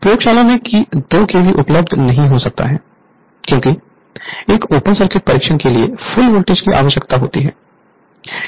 प्रयोगशाला में कि 2 केवी उपलब्ध नहीं हो सकता है क्योंकि एक ओपन सर्किट परीक्षण के लिए फुल वोल्टेज की आवश्यकता होती है